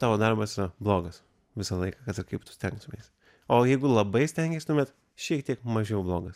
tavo darbas yra blogas visą laiką kad ir kaip tu stengtumeis o jeigu labai stengeis tuomet šiek tiek mažiau blogas